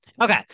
Okay